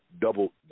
double